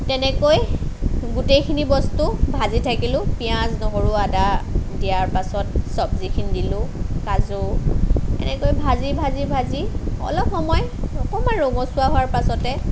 তেনেকৈ গোটেইখিনি বস্তু ভাজি থাকিলো পিঁয়াজ নহৰু আদা দিয়াৰ পাছত চব্জিখিনি দিলোঁ কাজু এনেকৈ ভাজি ভাজি ভাজি অলপ সময় অকণমান ৰঙচুৱা হোৱাৰ পাছতে